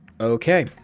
okay